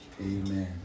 Amen